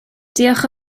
diolch